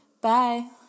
Bye